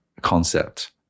concept